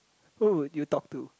who would you talk to